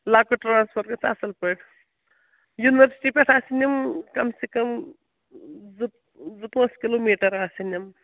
لۅکُٹ ٹرٛانسفَر گٔژھِ اَصٕل پٲٹھۍ یونیورسٹی پٮ۪ٹھ آسَن یِم کَم سے کَم زٕ زٕ پانٛژھ کِلوٗ میٖٹر آسَن یِم